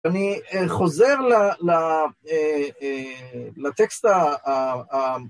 אני חוזר לטקסט ה...